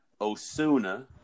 Osuna